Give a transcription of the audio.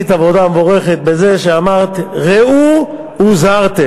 עשית עבודה מבורכת בזה שאמרת: ראו הוזהרתם.